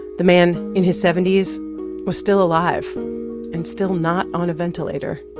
the man in his seventy s was still alive and still not on a ventilator.